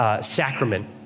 sacrament